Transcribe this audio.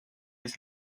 this